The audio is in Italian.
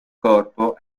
corpo